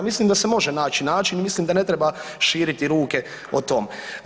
Mislim da se može naći način i mislim da ne treba širiti ruke o tom.